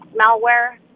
malware